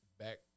back